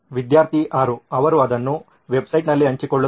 ವಿದ್ಯಾರ್ಥಿ 6 ಅವರು ಅದನ್ನು ವೆಬ್ಸೈಟ್ನಲ್ಲಿ ಹಂಚಿಕೊಳ್ಳುತ್ತಾರೆ